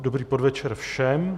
Dobrý podvečer všem.